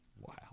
Wow